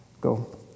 Go